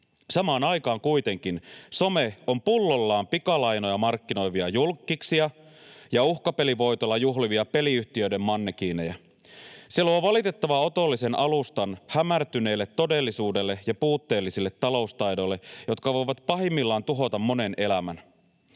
Samaan aikaan kuitenkin some on pullollaan pikalainoja markkinoivia julkkiksia ja uhkapelivoitoilla juhlivia peliyhtiöiden mannekiineja. Se luo valitettavan otollisen alustan hämärtyneelle todellisuudelle ja puutteellisille taloustaidoille, jotka voivat pahimmillaan tuhota monen elämän.